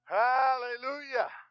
hallelujah